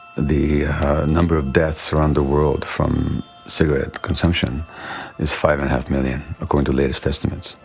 the number of deaths around the world from cigarette consumption is five-and-a-half million according to latest estimates.